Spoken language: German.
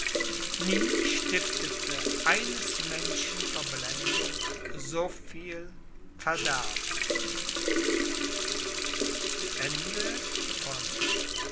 nie stiftete eines menschen verblendung so viel verderben